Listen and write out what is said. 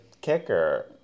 kicker